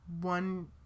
one